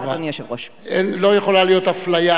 לא יכולה להיות אפליה.